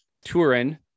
turin